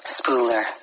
Spooler